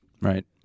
right